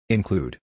Include